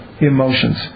emotions